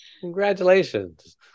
Congratulations